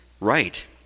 right